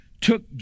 took